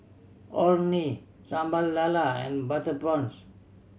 Orh Nee Sambal Lala and butter prawns